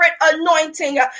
anointing